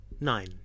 Nine